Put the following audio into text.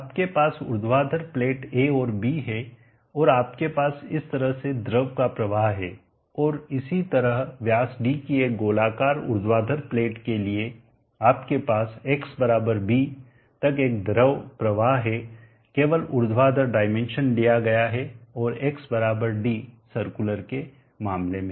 आपके पास ऊर्ध्वाधर प्लेट a और b है और आपके पास इस तरह से द्रव का प्रवाह है और इसी तरह व्यास d की एक गोलाकार ऊर्ध्वाधर प्लेट के लिए आपके पास Xb तक एक द्रव प्रवाह है केवल ऊर्ध्वाधर डायमेंशन लिया गया है और X d सर्कुलर के मामले में